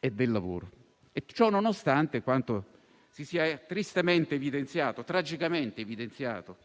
e del lavoro, nonostante quanto si sia tristemente e tragicamente evidenziato